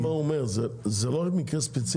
תראה מה הוא אומר, זה לא על מקרה ספציפי.